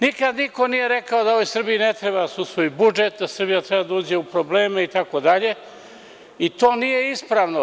Niko nikada nije rekao da u ovoj Srbiji ne treba da se usvoji budžet, da Srbija treba da uđe u probleme itd, i to nije ispravno.